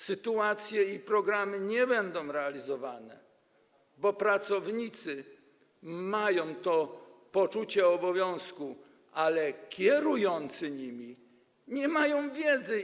Sytuacje i programy nie będą realizowane, bo pracownicy mają poczucie obowiązku, ale kierujący nimi nie mają wiedzy.